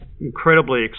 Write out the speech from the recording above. incredibly